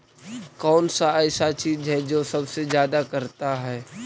कौन सा ऐसा चीज है जो सबसे ज्यादा करता है?